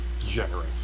Generous